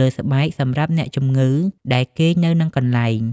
លើស្បែកសម្រាប់អ្នកជំងឺដែលគេងនៅនឹងកន្លែង។